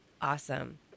Awesome